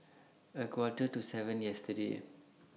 A Quarter to seven yesterday